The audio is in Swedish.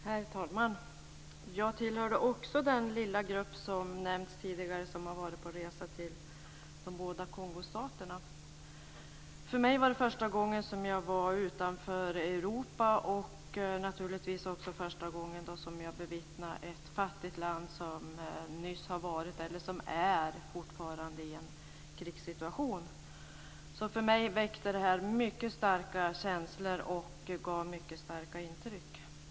Herr talman! Jag tillhörde också den lilla grupp som nämnts tidigare som varit på resa till de båda Kongostaterna. För mig var det första gången som jag var utanför Europa, och naturligtvis också första gången som jag bevittnade ett fattigt land som nyss har varit eller fortfarande är i en krigssituation. För mig väckte det mycket starka känslor, och det gav mycket starka intryck.